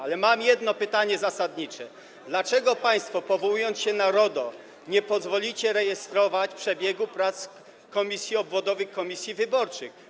Mam jednak jedno pytanie zasadnicze: Dlaczego państwo, powołując się na RODO, nie pozwolicie rejestrować przebiegu prac obwodowych komisji wyborczych?